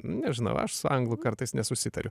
nežinau aš anglų kartais nesusitariu